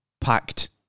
packed